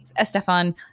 Estefan